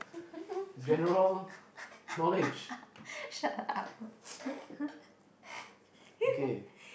shut up